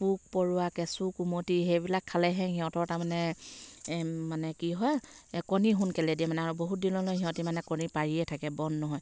পোক পৰুৱা কেঁচু কুমতি সেইবিলাক খালেহে সিহঁতৰ তাৰমানে এই মানে কি হয় কণী সোনকলে দিয়ে মানে আৰু বহুত দিনলৈ সিহঁতি মানে কণী পাৰিয়ে থাকে বন্ধ নহয়